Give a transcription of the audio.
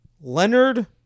Leonard